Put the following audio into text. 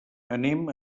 anem